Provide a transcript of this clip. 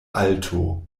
alto